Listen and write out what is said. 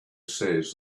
says